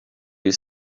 you